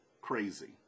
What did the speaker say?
crazy